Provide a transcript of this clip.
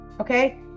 okay